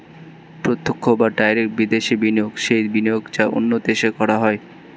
প্রত্যক্ষ বা ডাইরেক্ট বিদেশি বিনিয়োগ সেই বিনিয়োগ যা অন্য দেশে করা হয়